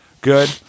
good